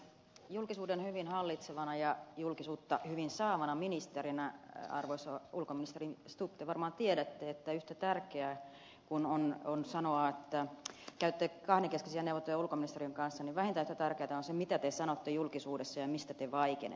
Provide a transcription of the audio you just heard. julkisuuden hyvin hallitsevana ja julkisuutta hyvin saavana ministerinä arvoisa ulkoministeri stubb te varmaan tiedätte että vähintään yhtä tärkeää kuin on sanoa että käytte kahdenkeskisiä neuvotteluja ulkoministeriöiden kanssa on se mitä te sanotte julkisuudessa ja mistä te vaikenette